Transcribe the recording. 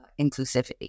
inclusivity